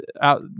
out